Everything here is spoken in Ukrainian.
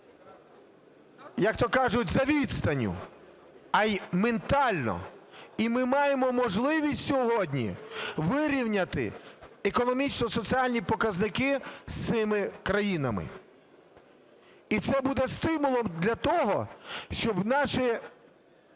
як то кажуть, за відстанню, а і ментально. І ми маємо можливість сьогодні вирівняти економічно-соціальні показники з цими країнами. І це буде стимулом для того, щоб наші